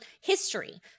history